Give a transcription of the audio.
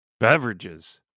Beverages